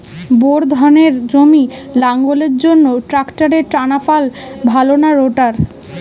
Bore ধানের জমি লাঙ্গলের জন্য ট্রাকটারের টানাফাল ভালো না রোটার?